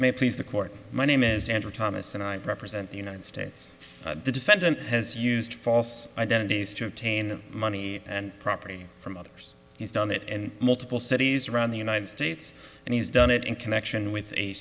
may please the court my name is andrew thomas and i represent the united states the defendant has used false identities to obtain money and property from others he's done it and multiple cities around the united states and he's done it in connection with a